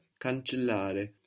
Cancellare